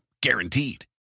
Guaranteed